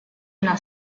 una